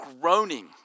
Groaning